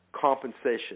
compensation